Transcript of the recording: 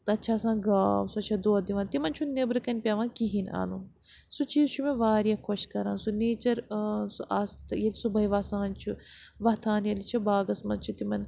پَتہٕ چھِ آسان گاو سۄ چھےٚ دۄد دِوان تِمَن چھُنہٕ نیٚبرٕ کَنہِ پیٚوان کِہیٖنۍ اَنُن سُہ چیٖز چھُ مےٚ واریاہ خۄش کَران سُہ نیچَر سُہ آسہٕ ییٚلہِ صُبحٲے وَسان چھُ وۄتھان ییٚلہِ چھِ باغَس منٛز چھِ تِمَن